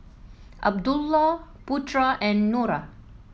Abdullah Putra and Nura